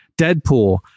Deadpool